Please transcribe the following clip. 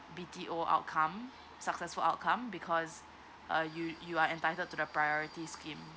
B_T_O outcome successful outcome because uh you you are entitled to the priorities scheme